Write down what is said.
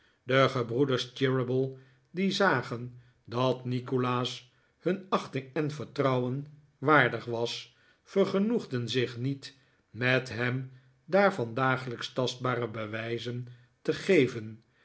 de gebroeders cheeryble die zagen dat nikolaas hun achting en vertrouwen waardig was vergenoegden zich niet met hem daarvan dagelijks tastbare bewijzen te geven